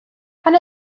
pan